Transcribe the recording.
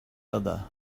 other